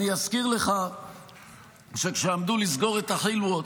אני אזכיר לך שכשעמדו לסגור את הח'ילוות